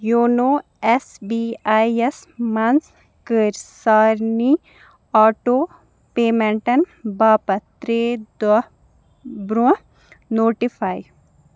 YONO S B I یَس مَنٛز کٔرۍ سارنی آٹو پیمٮ۪نٹَن باپتھ ترٛےٚ دۄہ برٛونٛہہ نوٹِفاے